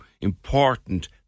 important